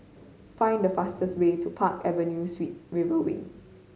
find the fastest way to Park Avenue Suites River Wing